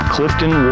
Clifton